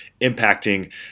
impacting